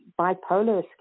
bipolar